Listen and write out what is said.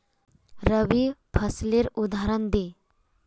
रवि फसलेर उदहारण दे?